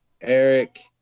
Eric